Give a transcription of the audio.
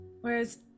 whereas